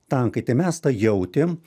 tankai tai mes tą jautėm